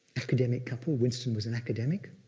academic couple, winston was an academic.